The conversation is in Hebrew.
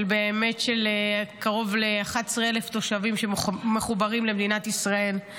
של קרוב ל-11,000 תושבים שמחוברים למדינת ישראל.